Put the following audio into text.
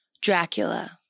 Dracula